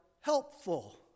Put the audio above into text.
helpful